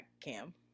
cam